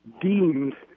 deemed